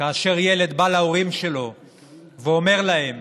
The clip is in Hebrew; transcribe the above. כאשר ילד בא להורים שלו ואומר להם: